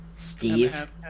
Steve